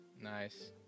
Nice